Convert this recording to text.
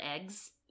eggs